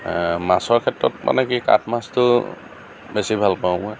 মাছৰ ক্ষেত্ৰত মানে কি কাঠমাছটো বেছি ভাল পাওঁ মই